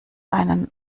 einen